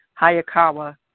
Hayakawa